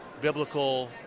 biblical